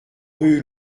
rue